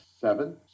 seven